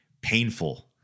painful